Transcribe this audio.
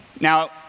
Now